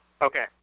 Okay